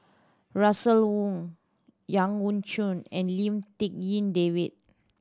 Russel Wong Yau Ang Choon and Lim Tik En David